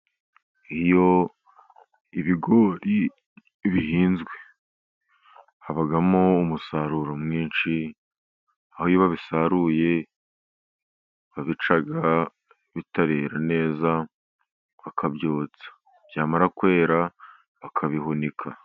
Iyo ibigori bihinzwe habamo umusaruro mwinshi, aho iyo babisaruye babica bitarera neza bakabyotsa, byamara kwera bakabihunika.